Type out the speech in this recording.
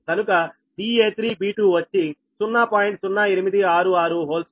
కనుక da3b2 వచ్చి 0